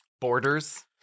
Borders